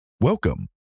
Welcome